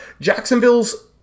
jacksonville's